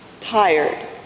Tired